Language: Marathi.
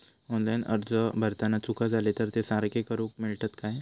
ऑनलाइन अर्ज भरताना चुका जाले तर ते सारके करुक मेळतत काय?